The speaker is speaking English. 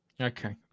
Okay